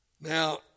Now